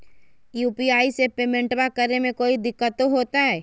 UPI से पेमेंटबा करे मे कोइ दिकतो होते?